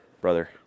brother